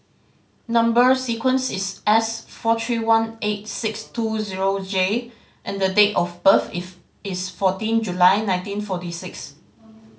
number sequence is S four three one eight six two zero J and the date of birth is is fourteen July nineteen forty six